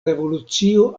revolucio